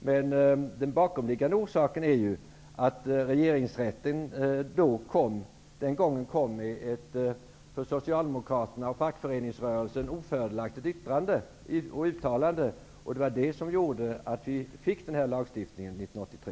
Men den bakomliggande orsaken är ju att Regeringsrätten den gången avgav ett för Socialdemokraterna och fackföreningsrörelsen ofördelaktigt yttrande. Det var därför som den här lagstiftningen infördes 1983.